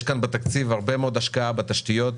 יש כאן בתקציב הרבה מאוד השקעה בתשתיות,